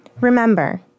Remember